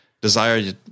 desire